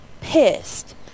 pissed